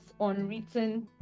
unwritten